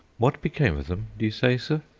what become of them, do you say, sir?